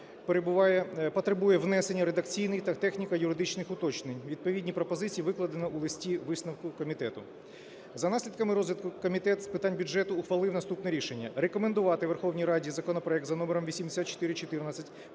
потребує внесення редакційних та техніко-юридичних уточнень, відповідні пропозиції викладено у листі-висновку комітету. За наслідками розгляду Комітет з питань бюджету ухвалив наступне рішення: рекомендувати Верховній Раді законопроект за номером 8414